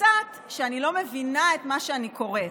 הצעת שאני לא מבינה את מה שאני קוראת.